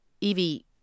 Evie